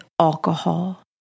alcohol